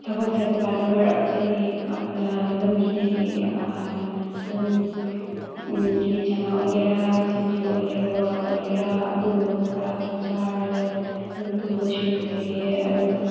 ꯊꯕꯛ ꯆꯠꯄ ꯀꯥꯟꯗ ꯃꯔꯛꯇꯗꯤ ꯂꯝꯕꯤꯗꯒꯤ ꯑꯗꯨꯝ ꯀꯦꯂꯤꯆꯥꯅ ꯑꯣꯏꯒꯦꯔ ꯁꯤꯡꯖꯨ ꯑꯣꯏꯒꯦꯔ ꯕꯣꯔꯥ ꯑꯣꯏꯒꯦꯔ ꯑꯗꯨꯒꯨꯝꯕ ꯄꯣꯔꯛꯑꯒ ꯆꯥꯔꯒ ꯑꯗꯨꯝ ꯇꯨꯝꯕꯁꯨ ꯂꯩꯑꯦ ꯑꯗꯨꯒ